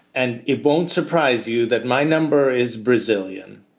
and it won't surprise you that my number is brazillian.